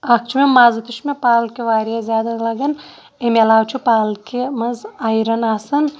اَکھ چھُ مےٚ مَزٕ تہِ چھُ مےٚ پالکہِ واریاہ زیادٕ لَگان امہِ علاوٕ چھُ پالکہِ منٛز آیرَن آسان